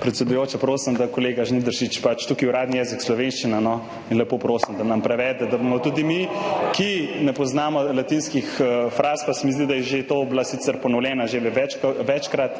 predsedujoča, prosim, da kolega Žnidaršič, tukaj je uradni jezik slovenščina, no, in lepo prosim, da nam prevede. Da bomo tudi mi, ki ne poznamo latinskih fraz – pa se mi zdi, da je bila ta ponovljena že večkrat.